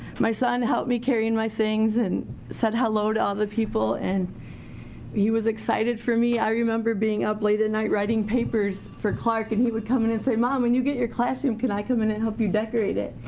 my son helped me carry in my things and said hello to all the people. he was excited for me, i remember being up late at night writing papers for clarke and he would come in and say mom, when you get your classroom can i come in and help you decorate it?